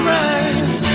rise